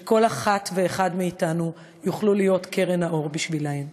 שכל אחת ואחד מאתנו יוכלו להיות קרן האור בשבילן.